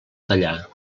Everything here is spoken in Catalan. tallar